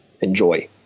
enjoy